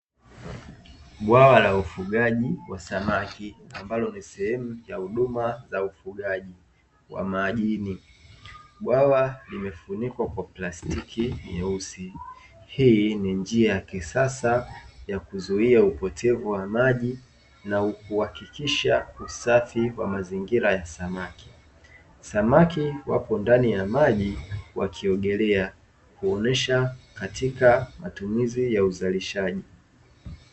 Bwawa la ufugaji wa samaki ambalo ni sehemu ya huduma za ufugaji wa majini, bwawa limefunikwa kwa plastiki nyeusi hii ni njia ya kisasa ya kuzuia upotevu wa maji na kuhakikisha usafi wa mazingira ya samaki. Samaki wapo ndani ya maji wakiogelea kuonyesha katika matumizi ya uzalishaji.